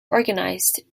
organized